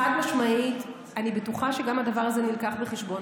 חד-משמעית, אני בטוחה שגם הדבר הזה נלקח בחשבון.